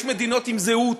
יש מדינות עם זהות,